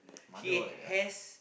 mother all like that right